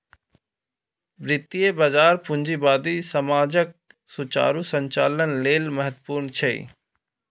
वित्तीय बाजार पूंजीवादी समाजक सुचारू संचालन लेल महत्वपूर्ण छै